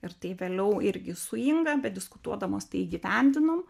ir tai vėliau irgi su inga bediskutuodamos tai įgyvendinom